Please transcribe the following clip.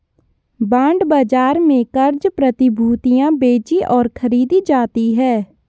bond बाजार में क़र्ज़ प्रतिभूतियां बेचीं और खरीदी जाती हैं